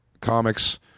comics